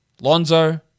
Lonzo